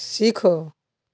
सीखो